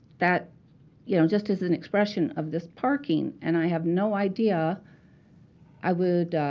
that you know just as an expression of this parking. and i have no idea i would